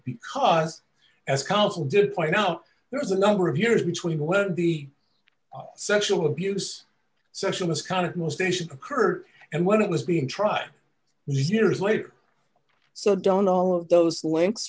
because as counsel did point out there's a number of years between when the sexual abuse sexual misconduct most stations occurred and when it was being tried these years later so don't all of those l